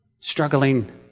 struggling